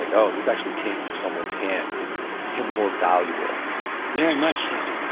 like oh, this actually came from someone's hand. it becomes more valuable very much so.